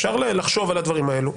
אפשר לחשוב על הדברים האלה,